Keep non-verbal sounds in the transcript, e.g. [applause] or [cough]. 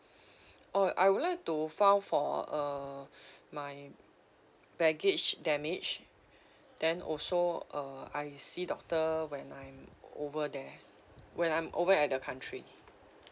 [breath] oh I would like to file for uh my baggage damage then also uh I see doctor when I'm over there when I'm over at the country